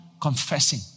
confessing